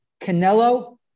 Canelo